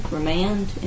Remand